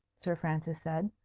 sir francis said.